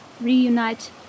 reunite